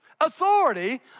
authority